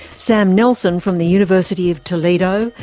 sam nelson from the university of toledo,